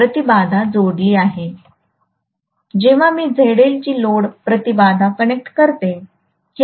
जेव्हा मी ZL ची लोड प्रतिबाधा कनेक्ट करतो